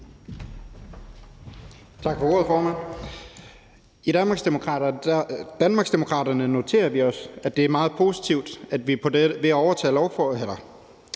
I Danmarksdemokraterne noterer vi os, at det er meget positivt, at vi ved at overtage